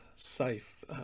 safe